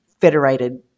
federated